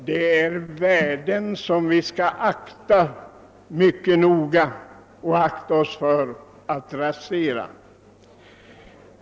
Detta representerar värden som vi skall slå vakt om och akta oss för att rasera.